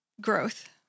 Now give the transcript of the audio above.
growth